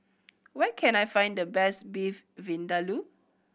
where can I find the best Beef Vindaloo